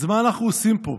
אז מה אנחנו עושים פה?